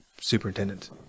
superintendent